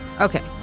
okay